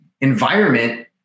environment